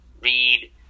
read